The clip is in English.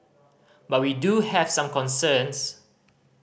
but we do have some concerns